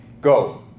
Go